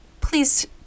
Please